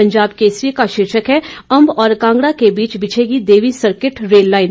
पंजाब केसरी का शीर्षक है अंब और कांगडा के बीच बिछेगी देवी सर्किट रेललाइन